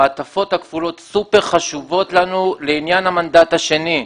המעטפות הכפולות סופר חשובות לנו לעניין המנדט השני.